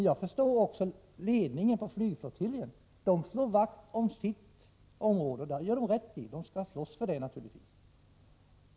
Jag förstår ledningen för flygflottiljen, som slår vakt om sitt område. Det gör den rätt i.